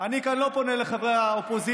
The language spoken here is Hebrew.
אני לא פונה כאן לחברי האופוזיציה,